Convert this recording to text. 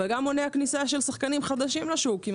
וזה גם מונע כניסה של שחקנים חדשים לשוק.